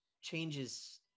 changes